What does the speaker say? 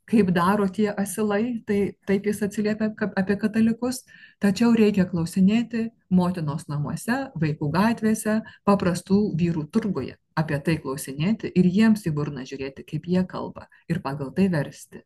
kaip daro tie asilai tai taip jis atsiliepė apie katalikus tačiau reikia klausinėti motinos namuose vaikų gatvėse paprastų vyrų turguje apie tai klausinėti ir jiems į burną žiūrėti kaip jie kalba ir pagal tai versti